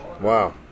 Wow